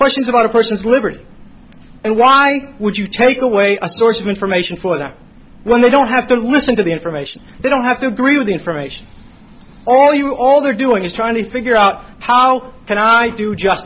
questions about a person's liberty and why would you take away a source of information for that when they don't have to listen to the information they don't have to agree with the information all you all they're doing is trying to figure out how can i do just